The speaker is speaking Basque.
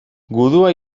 gudua